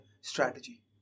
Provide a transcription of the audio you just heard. strategy